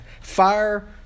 Fire